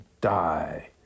die